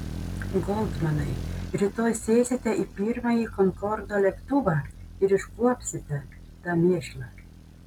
goldmanai rytoj sėsite į pirmąjį konkordo lėktuvą ir iškuopsite tą mėšlą